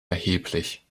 erheblich